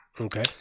Okay